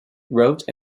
wrote